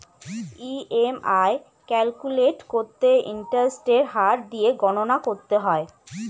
EMI calculate করতে ইন্টারেস্টের হার দিয়ে গণনা করতে হয়